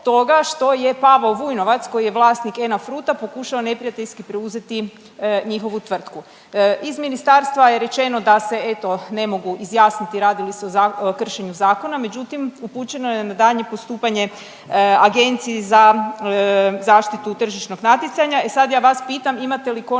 Pavao Vujnovac, koji je vlasnik Ena Fruita pokušao neprijateljski preuzeti njihovu tvrtku. Iz ministarstva je rečeno da se eto, ne mogu izjasniti radi li se o kršenju zakona, međutim, upućeno je na daljnje postupanje Agenciji za zaštitu tržišnog natjecanja.